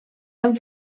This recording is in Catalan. han